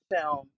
film